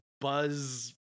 Buzz